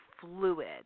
fluid